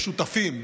ומשותפים,